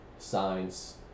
science